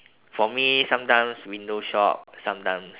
for me sometimes window shop sometimes